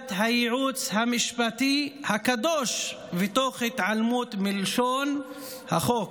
עמדת הייעוץ המשפטי הקדוש ותוך התעלמות מלשון החוק".